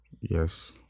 Yes